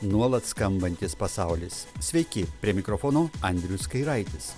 nuolat skambantis pasaulis sveiki prie mikrofono andrius kairaitis